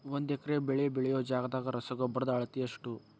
ಒಂದ್ ಎಕರೆ ಬೆಳೆ ಬೆಳಿಯೋ ಜಗದಾಗ ರಸಗೊಬ್ಬರದ ಅಳತಿ ಎಷ್ಟು?